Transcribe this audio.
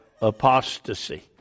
apostasy